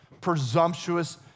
presumptuous